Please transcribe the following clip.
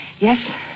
yes